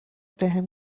بهم